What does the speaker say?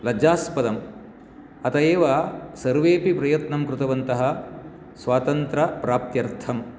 लज्जास्पदम् अत एव सर्वेपि प्रयत्नं कृतवन्तः स्वातन्त्रप्राप्त्यर्थं